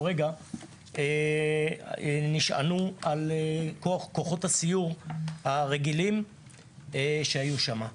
רגע נשענו על כוחות הסיור הרגילים שהיו שם.